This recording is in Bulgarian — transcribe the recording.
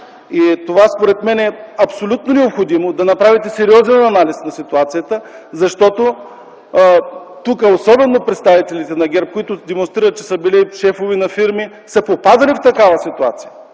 Според мен е абсолютно необходимо да направите сериозен анализ на ситуацията. Мисля, че и представителите на ГЕРБ, които демонстрират, че са били шефове на фирми, са попадали в такава ситуация.